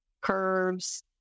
curves